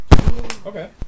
Okay